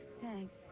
Thanks